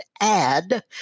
add